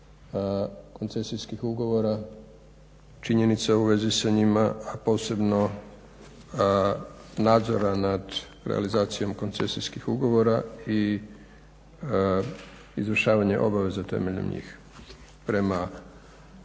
koncesijskih ugovora, činjenica u vezi sa njima, a posebno nadzora nad realizacijom koncesijskih ugovora i izvršavanja obaveza temeljem njih prema